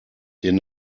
den